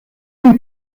une